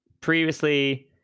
previously